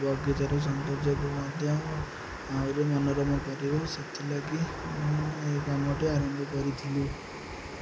ବଗିଚାରୁ ସୌନ୍ଦର୍ଯ୍ୟକୁ ମଧ୍ୟ ଆହୁରି ମନୋରମ କରିବ ସେଥିଲାଗି ମୁଁ ଏ କାମଟି ଆରମ୍ଭ କରିଥିଲି